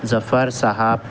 ظفر سحاب